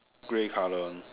grey color one